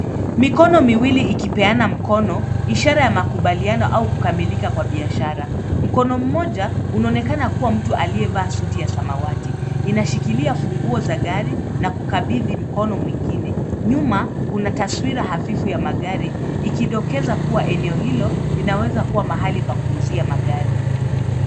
Mikono miwili ikipeana mikono, ishara ya makubaliano au kukamilika kwa biashara mkono moja unaonekana kuwa mtu aliyevaa suti ya samawati unashikilia kifunguu za gari na kukabidi mkono mwingine. Nyuma kuna taswira hafifu ya magari ikidokeza kuwa eneo hilo inaweza kuwa mahali wa kuuzia magari.